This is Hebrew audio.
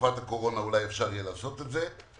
תקופת הקורונה אולי אפשר יהיה לעשות את זה.